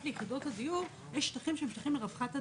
ליחידות הדיור יש שטחים שהם שטחים לרווחת הדיירים.